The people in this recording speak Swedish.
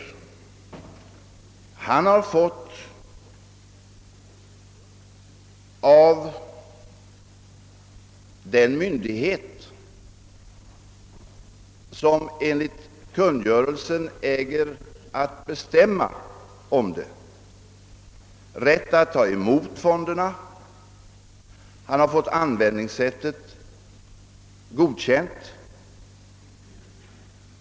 Överbefälhavaren har av den myndighet, som enligt kungörelsen äger bestämma i sådana ärenden, fått rätt att ta emot fonderna. Han har fått användningssättet godkänt.